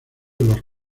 los